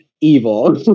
evil